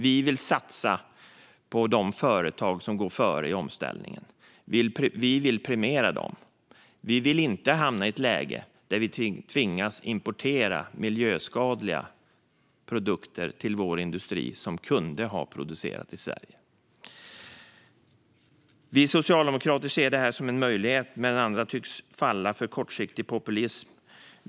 Vi vill satsa på de företag som går före i omställningen. Vi vill premiera dem. Vi vill inte hamna i ett läge där vi tvingas importera miljöskadliga produkter till vår industri när motsvarande produkter kunde ha producerats i Sverige. Vi socialdemokrater ser det här som en möjlighet, men andra tycks falla för kortsiktig populism.